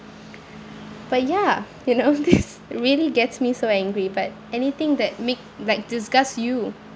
but ya you know this it really gets me so angry but anything that make like disgusts you